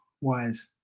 wise